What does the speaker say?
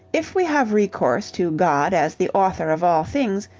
if we have recourse to god as the author of all things,